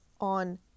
on